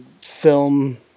film